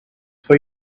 for